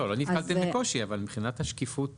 לא נתקלתם בקושי אבל מבחינת השקיפות